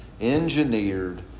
engineered